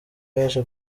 yaje